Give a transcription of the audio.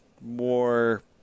more –